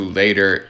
later